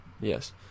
Yes